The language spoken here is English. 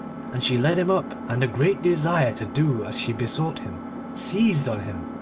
and she led him up, and a great desire to do as she besought him seized on him,